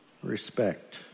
respect